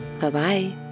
Bye-bye